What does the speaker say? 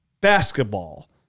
basketball